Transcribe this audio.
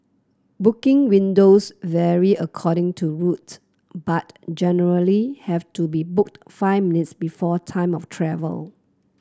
booking windows vary according to route but generally have to be booked five minutes before time of travel